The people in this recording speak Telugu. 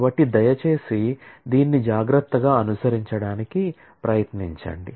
కాబట్టి దయచేసి దీన్ని జాగ్రత్తగా అనుసరించడానికి ప్రయత్నించండి